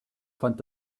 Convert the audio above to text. fand